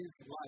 life